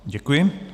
Děkuji.